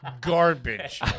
Garbage